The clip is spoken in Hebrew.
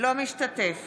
לא משתתף